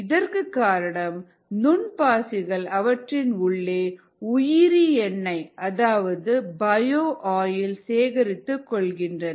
இதற்கு காரணம் நுண் பாசிகள் அவற்றின் உள்ளே உயிரி எண்ணை அதாவது பயோ ஆயில் சேகரித்துக் கொள்கின்றன